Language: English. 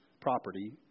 property